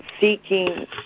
seeking